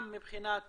גם מבחינת